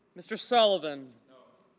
mr. sullivan